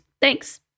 Thanks